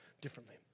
differently